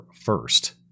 first